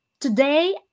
today